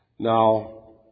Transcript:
Now